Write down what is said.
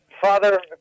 father